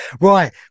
Right